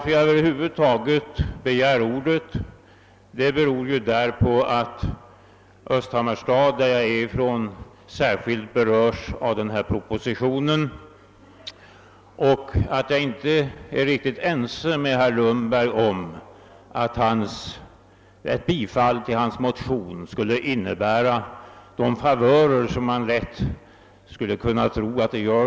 Att jag över huvud taget begärt ordet beror på att Östhammars stad, varifrån jag kommer, särskilt berörs av propositionen nr 176 och på att jag inte är riktigt ense med herr Lundberg om att ett bifall till hans motion skulle innebära några favörer för fiskarbefolkningen i Östhammars stad.